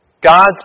God's